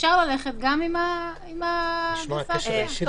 אפשר ללכת גם עם החלופה השנייה.